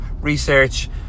research